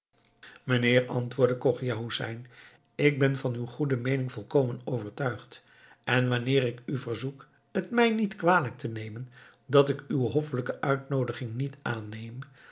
mijnheer antwoordde chogia hoesein ik ben van uw goede meening volkomen overtuigd en wanneer ik u verzoek het mij niet kwalijk te nemen dat ik uw hoffelijke uitnoodiging niet aanneem